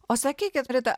o sakykit rita